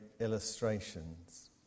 illustrations